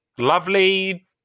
lovely